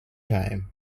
time